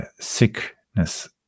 sickness